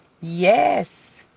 Yes